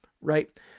right